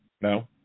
No